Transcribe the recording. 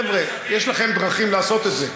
חבר'ה, יש לכם דרכים לעשות את זה.